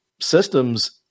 systems